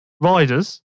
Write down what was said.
riders